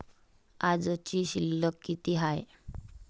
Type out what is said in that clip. आजची शिल्लक किती हाय?